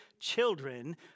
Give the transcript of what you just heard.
children